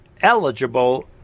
eligible